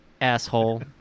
Asshole